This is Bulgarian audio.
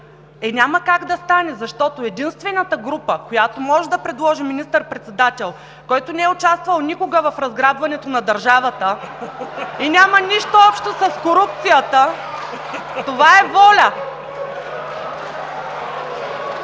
Е, няма как да стане, защото единствената група, която може да предложи министър-председател, който не е участвал никога в разграбването на държавата (оживление, силен шум) и няма нищо общо с корупцията, това е „Воля“.